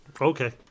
Okay